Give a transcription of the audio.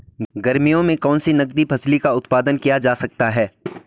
गर्मियों में कौन सी नगदी फसल का उत्पादन किया जा सकता है?